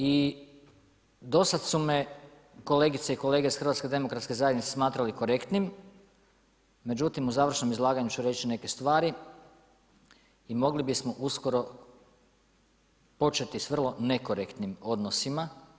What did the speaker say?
I do sada su me kolegice i kolege iz HDZ-a smatrali korektnim, međutim u završnom izlaganju ću reći neke stvari i mogli bismo uskoro početi sa vrlo nekorektnim odnosima.